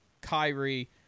Kyrie